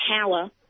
power